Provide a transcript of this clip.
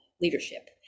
leadership